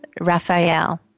Raphael